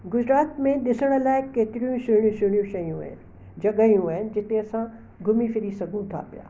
गुजरात में ॾिसण लाइ केतिरी सुहिणी सुहिणी शयूं आहिनि जॻहियूं आहिनि जिते असां घुमी फ़िरी सघूं था पिया